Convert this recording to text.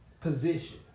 position